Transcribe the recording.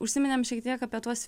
užsiminėm šiek tiek apie tuos